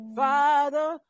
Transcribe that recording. father